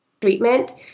treatment